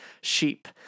sheep